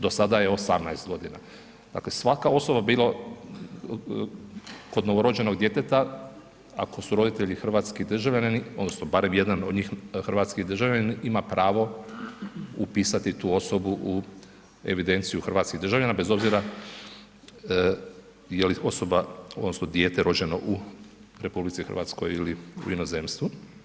Do sada je 18 godina, dakle svaka osoba bila kod novorođenog djeteta ako su roditelji hrvatski državljani odnosno barem jedan od njih hrvatski državljanin ima pravo upisati tu osobu u evidenciju hrvatskih državljana bez obzira je li osoba odnosno dijete rođeno u RH ili u inozemstvu.